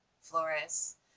Flores